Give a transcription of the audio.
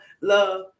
Love